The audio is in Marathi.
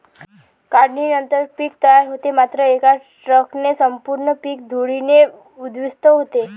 काढणीनंतर पीक तयार होते मात्र एका ट्रकने संपूर्ण पीक धुळीने उद्ध्वस्त केले